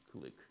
click